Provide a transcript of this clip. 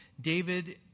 David